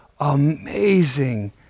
amazing